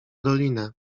dolinę